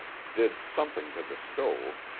did something to the stove,